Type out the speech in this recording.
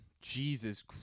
Jesus